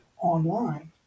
online